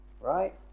right